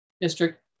district